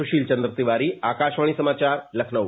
सुशील चंद्र तिवारी आकाशवाणी समाचार लखनऊ